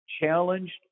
challenged